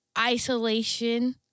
isolation